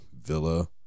Villa